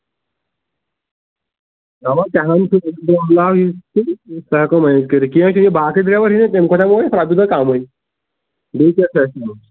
اَوا تہِ ہَن چھُ سُہ ہیٚکو ؤنِتھ کٔرِتھ کیٚنٛہہ چھُنہٕ باقٕے ڈریور ہیٚیَن تمہِ کھوتہٕ ہیٚموے پتہٕ چھُ تۅہہِ کمٕے بیٚیہِ کیٛاہ چھُ اسہِ نِیُن